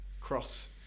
cross